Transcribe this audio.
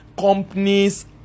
companies